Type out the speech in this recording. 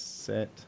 Set